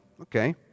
okay